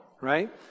Right